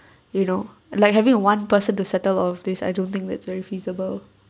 you know like having one person to settle all of this I don't think that's very feasible